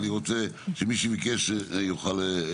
אני רוצה שמי שביקש יוכל לדבר.